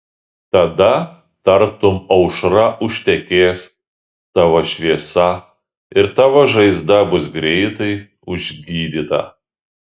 tada tartum aušra užtekės tavo šviesa ir tavo žaizda bus greitai užgydyta